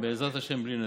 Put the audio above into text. בעזרת השם, בלי נדר.